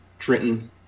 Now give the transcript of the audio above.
Trenton